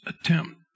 attempt